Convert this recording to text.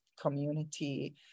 community